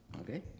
Okay